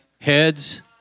heads